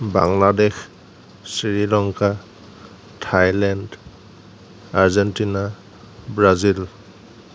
Bangladesh Sri Lanka Thailand Argentina Brazil